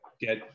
get